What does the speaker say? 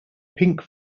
pink